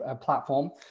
platform